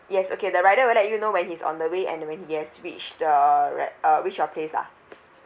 yes okay the rider will let you know when he's on the way and when he has reached the read uh reach your place lah